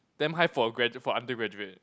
damn high for a grad~ for undergraduate